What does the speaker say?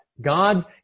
God